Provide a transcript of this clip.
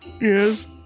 Yes